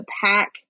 pack